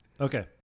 Okay